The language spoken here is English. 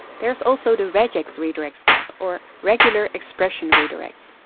there is also the regex redirects tab or regular expression redirects.